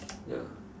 ya